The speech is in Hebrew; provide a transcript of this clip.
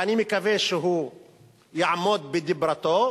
ואני מקווה שהוא יעמוד בדברתו,